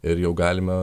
ir jau galime